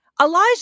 Elijah